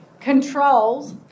controls